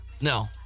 No